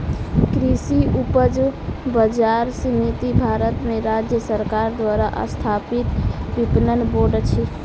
कृषि उपज बजार समिति भारत में राज्य सरकार द्वारा स्थापित विपणन बोर्ड अछि